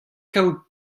kaout